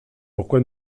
pourquoi